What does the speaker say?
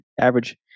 average